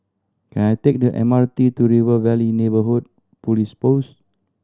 can I take the M R T to River Valley Neighbourhood Police Post